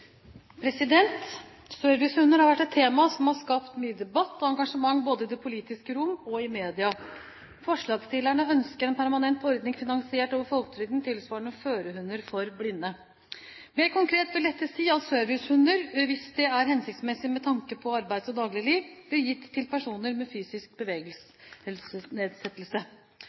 har vært et tema som har skapt mye debatt og engasjement både i det politiske rom og i media. Forslagsstillerne ønsker en permanent ordning finansiert over folketrygden – tilsvarende førerhunder for blinde. Mer konkret vil dette si at servicehunder, hvis det er hensiktsmessig med tanke på arbeids- og dagligliv, blir gitt til personer med fysisk bevegelsesnedsettelse.